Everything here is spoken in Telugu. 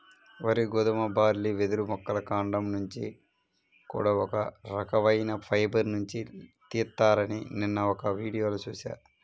వరి, గోధుమ, బార్లీ, వెదురు మొక్కల కాండం నుంచి కూడా ఒక రకవైన ఫైబర్ నుంచి తీత్తారని నిన్న ఒక వీడియోలో చూశా